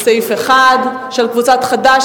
1 של קבוצת חד"ש,